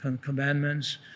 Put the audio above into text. commandments